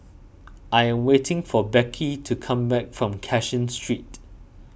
I am waiting for Becky to come back from Cashin Street